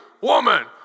woman